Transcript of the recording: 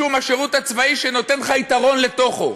משום השירות הצבאי הוא נותן לך יתרון לתוכו,